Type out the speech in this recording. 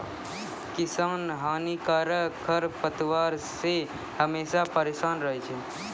किसान हानिकारक खरपतवार से हमेशा परेसान रहै छै